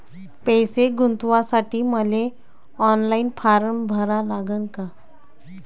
पैसे गुंतवासाठी मले ऑनलाईन फारम भरा लागन का?